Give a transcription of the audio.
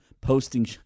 Posting